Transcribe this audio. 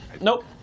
Nope